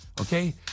Okay